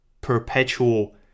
perpetual